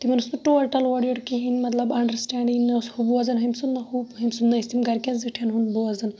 تِمَن اوس نہٕ ٹوٹَل اورٕ یورٕ مَطلَب کِہِنۍ اَنڈَرسٹینٛڈ نہ ٲس ہُہ بوزان ہُمہِ سُنٛد نہ ہُہ ہُمہِ سُنٛد نہَ ٲسۍ تِم گَرکٮ۪ن زِٹھٮ۪ن ہُنٛد بوزان